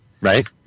right